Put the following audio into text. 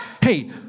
Hey